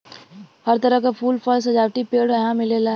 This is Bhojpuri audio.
हर तरह क फूल, फल, सजावटी पेड़ यहां मिलेला